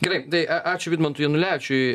gerai tai ačiū vidmantui janulevičiui